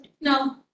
no